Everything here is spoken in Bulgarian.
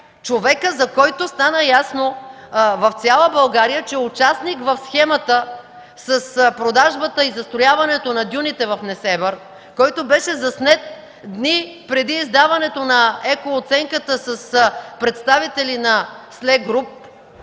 Човекът, за който стана ясно в цяла България, че е участник в схемата с продажбата и застрояването на дюните в Несебър, който беше заснет дни преди издаването на екооценката с представители на „СЛЕ Груп”,